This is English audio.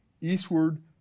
eastward